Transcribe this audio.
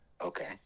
Okay